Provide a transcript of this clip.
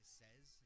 says